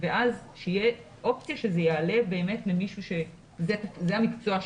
ואז תהיה אופציה שזה יעלה למישהו שזה המקצוע שלו.